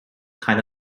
kind